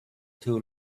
too